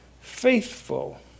faithful